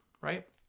right